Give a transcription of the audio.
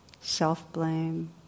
self-blame